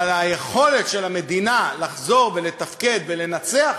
אבל היכולת של המדינה לחזור ולתפקד ולנצח